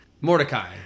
Mordecai